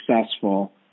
successful